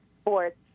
sports